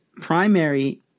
Primary